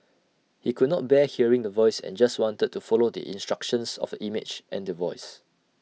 he could not bear hearing The Voice and just wanted to follow the instructions of A image and The Voice